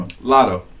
Lotto